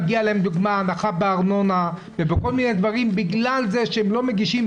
מגיעה להם לדוגמה הנחה בארנונה ובכל מיני דברים בגלל שהם לא מגישים,